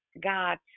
God